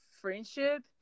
friendship